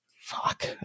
fuck